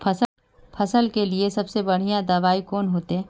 फसल के लिए सबसे बढ़िया दबाइ कौन होते?